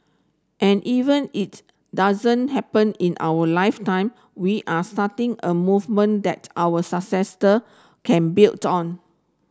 and even it doesn't happen in our lifetime we are starting a movement that our successor can built on